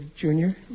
Junior